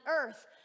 earth